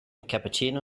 cappuccino